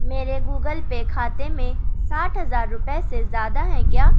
میرے Google Pay کھاتے میں ساٹھ ہزار روپئے سے زیادہ ہیں کیا